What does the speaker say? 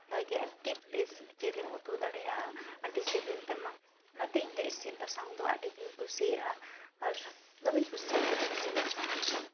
ᱵᱷᱟᱜᱮ ᱟᱨᱠᱤ ᱡᱤᱞ ᱮᱢ ᱩᱛᱩ ᱫᱟᱲᱮᱭᱟᱜᱼᱟ ᱟᱹᱰᱤ ᱥᱤᱵᱤᱞ ᱛᱟᱢᱟ ᱚᱱᱟᱛᱮ ᱤᱧᱫᱚ ᱤᱥᱤᱱ ᱵᱟᱥᱟᱝ ᱫᱚ ᱟᱹᱰᱤ ᱜᱤᱧ ᱠᱩᱥᱤᱭᱟᱜᱼᱟ ᱟᱨ ᱫᱚᱢᱮᱧ ᱠᱩᱥᱤᱭᱟᱜᱼᱟ ᱤᱥᱤᱱ ᱵᱟᱥᱟᱝ